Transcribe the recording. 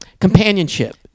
companionship